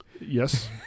Yes